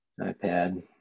ipad